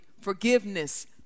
forgiveness